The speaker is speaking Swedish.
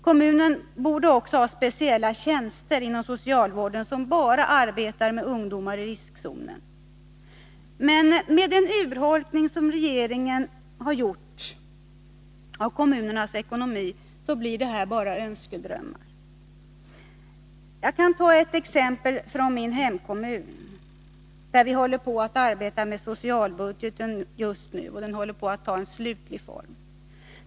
Kommunen borde också ha speciella tjänster inom socialvården som bara arbetar med ungdomar i riskzonen. Men med den urholkning som regeringen gjort av kommunernas ekonomi blir detta bara önskedrömmar. Jag kan ta ett exempel från min hemkommun, där socialbudgeten just nu håller på att ta slutlig form.